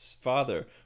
father